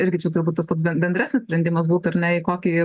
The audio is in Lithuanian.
irgi čia turbūt tas toks bendresnis sprendimas būtų ar ne į kokį